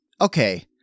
okay